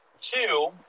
two